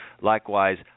Likewise